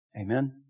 Amen